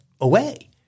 away